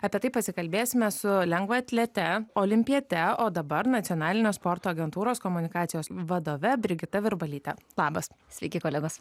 apie tai pasikalbėsime su lengvaatlete olimpiete o dabar nacionalinio sporto agentūros komunikacijos vadove brigita virbalytė labas sveiki kolegos